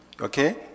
Okay